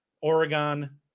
Oregon